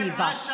אלטרנטיבה.